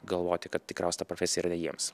galvoti kad tikriausiai ta profesija yra ne jiems